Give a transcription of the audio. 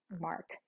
Mark